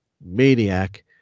maniac